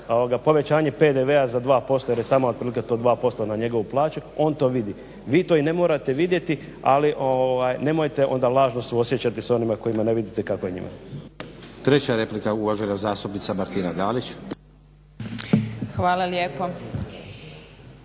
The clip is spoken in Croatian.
povećanje PDV-a za 2% jer je tamo otprilike to 2% na njegovu plaću on to vidi. Vi to i ne morate vidjeti ali nemojte onda lažno suosjećati s onima kojima ne vidite kako je njima. **Stazić, Nenad (SDP)** Treća replika uvažena zastupnica Martina Dalić. **Dalić,